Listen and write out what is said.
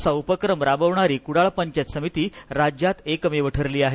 असा उपक्रम राबवणारी कुडाळ पंचायत समिती राज्यात एकमेव ठरली आहे